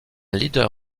leader